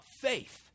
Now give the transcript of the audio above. faith